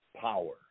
power